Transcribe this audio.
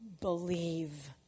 believe